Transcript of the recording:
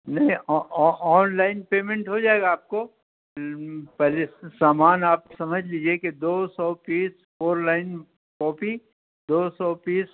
نہیں online payment ہو جائے گا آپ کو پہلے سامان آپ سمجھ لیجیے کہ دو سو پیس فور لائن کاپی دو سو پیس